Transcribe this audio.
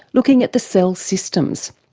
looking at the cell systems.